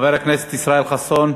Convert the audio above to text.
חבר הכנסת ישראל חסון,